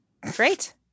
Great